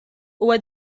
huwa